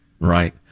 Right